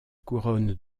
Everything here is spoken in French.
couronne